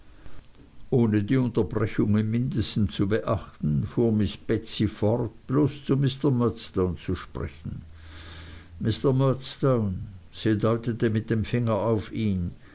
ohne die unterbrechung im mindesten zu beachten fuhr miß betsey fort bloß zu mr murdstone zu sprechen mr murdstone sie deutete mit dem finger auf ihn